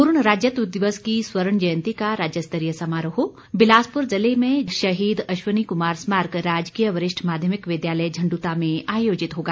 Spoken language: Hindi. पूर्ण राज्यत्व दिवस की स्वर्ण जंयती का राज्य स्तरीय समारोह बिलासपुर जिले में शहीद अश्वनी कुमार स्मारक राजकीय वरिष्ठ माध्यमिक विद्यालय झंडुता में आयोजित होगा